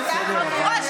אתם גזענים,